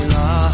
la